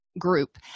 group